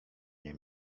nie